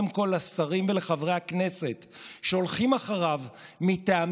אחת לא מזדהה איתם וחבר הכנסת שמולי וחבר הכנסת עמיר פרץ מונו